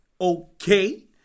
Okay